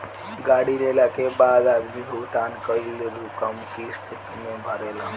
गाड़ी लेला के बाद आदमी भुगतान कईल रकम किस्त में भरेला